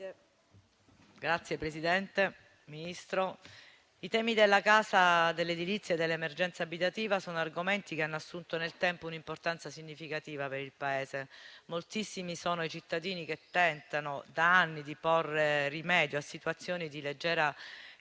Signor Ministro, quelli della casa, dell'edilizia e dell'emergenza abitativa sono argomenti che hanno assunto nel tempo un'importanza significativa per il Paese. Moltissimi sono i cittadini che tentano da anni di porre rimedio a situazioni di leggera